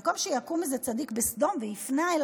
במקום שיקום איזה צדיק בסדום ויפנה אל